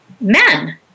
men